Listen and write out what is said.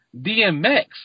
DMX